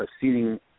seating